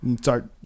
start